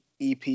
EP